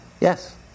yes